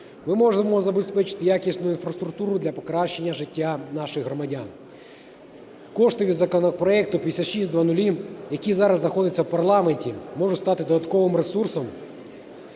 Ми можемо забезпечити якісну інфраструктуру для покращення життя наших громадян. Кошти із законопроекту 5600, який зараз знаходиться у парламенті, може стати додатковим ресурсом